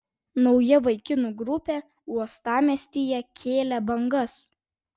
nauja vaikinų grupė uostamiestyje kėlė bangas